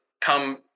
come